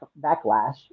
backlash